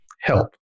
help